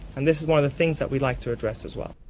and this is one of the things that we'd like to address as well.